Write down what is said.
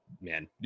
man